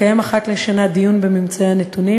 לקיים אחת לשנה דיון בממצאי הנתונים